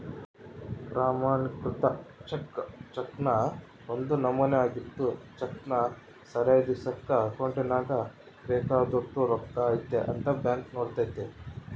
ಪ್ರಮಾಣಿಕೃತ ಚೆಕ್ ಚೆಕ್ನ ಒಂದು ನಮೂನೆ ಆಗಿದ್ದು ಚೆಕ್ನ ಸರಿದೂಗ್ಸಕ ಅಕೌಂಟ್ನಾಗ ಬೇಕಾದೋಟು ರೊಕ್ಕ ಐತೆ ಅಂತ ಬ್ಯಾಂಕ್ ನೋಡ್ತತೆ